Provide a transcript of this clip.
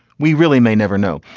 we really may never know.